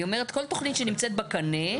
היא אומרת כל תוכנית שנמצאת בקנה,